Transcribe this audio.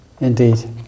indeed